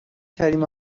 کریم